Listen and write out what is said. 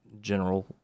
general